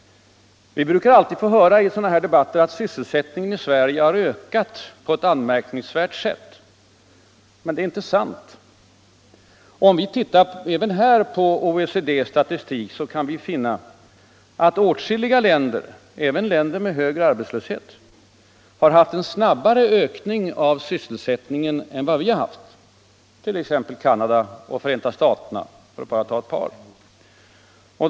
Vi brukar alltid i sådana här debatter få höra att sysselsättningen i Sverige ökat på ett anmärkningsvärt sätt. Men det är inte sant. Om vi även här tittar på OECD:s statistik finner vi att åtskilliga länder — också länder med högre arbetslöshet — har haft en snabbare ökning av sysselsättningen än vad vi haft. Det gäller Canada och Förenta staterna för att bara ta ett par exempel.